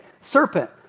serpent